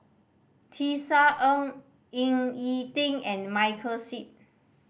Tisa Ng Ying E Ding and Michael Seet